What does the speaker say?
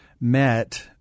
met